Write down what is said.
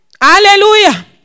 Hallelujah